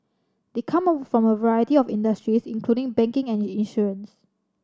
they come from a variety of industries including banking and insurance